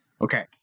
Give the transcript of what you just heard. Okay